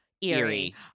eerie